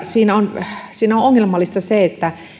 siinä on siinä on ongelmallista se että